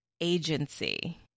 agency